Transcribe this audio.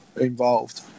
involved